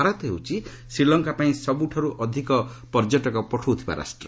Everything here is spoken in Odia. ଭାରତ ହେଉଛି ଶ୍ରୀଲଙ୍କା ପାଇଁ ସବୁଠାରୁ ଅଧିକ ପର୍ଯ୍ୟଟକ ପଠାଉଥିବା ରାଷ୍ଟ୍ର